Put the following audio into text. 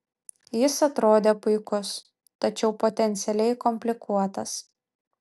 jis atrodė puikus tačiau potencialiai komplikuotas